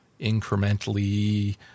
incrementally